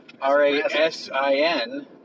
R-A-S-I-N